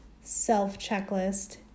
self-checklist